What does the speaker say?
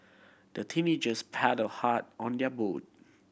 the teenagers paddle hard on their boat